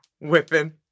whipping